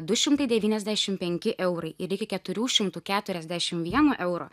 du šimtai devyniasdešim penki eurai ir iki keturių šimtų keturiasdešim vieno euro